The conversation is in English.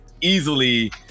Easily